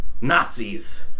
Nazis